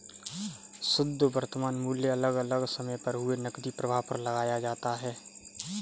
शुध्द वर्तमान मूल्य अलग अलग समय पर हुए नकदी प्रवाह पर लगाया जाता है